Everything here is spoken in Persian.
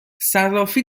صرافی